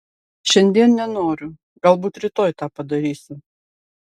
šiandien nenoriu galbūt rytoj tą padarysiu